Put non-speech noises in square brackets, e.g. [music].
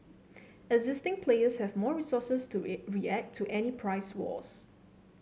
existing players have more resources to [unintelligible] react to any price wars